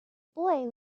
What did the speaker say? boy